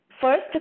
first